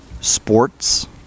sports